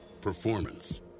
performance